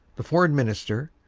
the foreign minister,